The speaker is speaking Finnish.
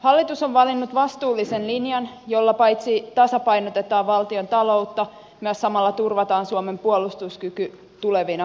hallitus on valinnut vastuullisen linjan jolla paitsi tasapainotetaan valtiontaloutta myös samalla turvataan suomen puolustuskyky tulevina vuosikymmeninä